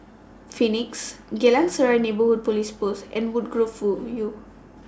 Phoenix Geylang Serai Neighbourhood Police Post and Woodgrove View